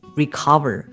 recover